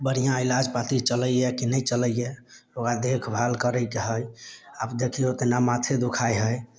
बढ़िआँ इलाज पाती चलय यऽ कि नहि चलय यऽ ओकरा देखभाल करयके हइ आब देखियौ केना माथे दुखाइ हइ